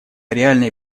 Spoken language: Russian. реальные